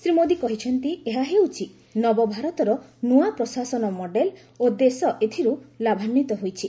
ଶ୍ରୀ ମୋଦୀ କହିଛନ୍ତି ଏହା ହେଉଛି ନବଭାରତର ନୂଆ ପ୍ରଶାସନ ମଡେଲ ଓ ଦେଶ ଏଥିରୁ ଲାଭାନ୍ୱିତ ହୋଇଛି